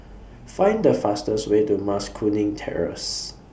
Find The fastest Way to Mas Kuning Terrace